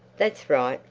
that's right,